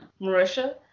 Marisha